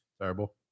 terrible